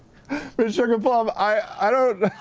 but sugarplum, i don't,